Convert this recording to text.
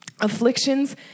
Afflictions